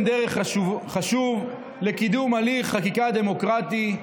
דרך חשובה לקידום הליך חקיקה דמוקרטי,